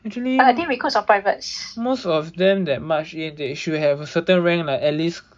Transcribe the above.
actually most of them that march in they should have a certain rank like at least